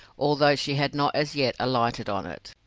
although she had not as yet alighted on it.